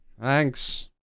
Thanks